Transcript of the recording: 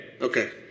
Okay